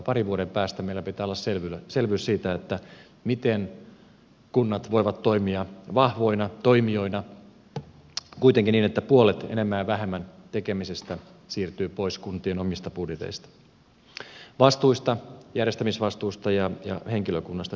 parin vuoden päästä meillä pitää olla selvyys siitä miten kunnat voivat toimia vahvoina toimijoina kuitenkin niin että tekemisestä puolet enemmän ja vähemmän siirtyy pois kuntien omista budjeteista järjestämisvastuusta ja henkilökunnasta